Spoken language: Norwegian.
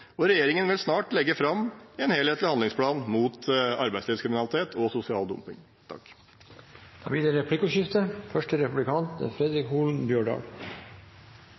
og regjeringen vil snart legge fram en helhetlig handlingsplan mot arbeidslivskriminalitet og sosial dumping. Det blir replikkordskifte. Tor André Johnsen sa at han sette pris på at fleire er